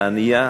הענייה,